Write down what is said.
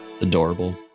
Adorable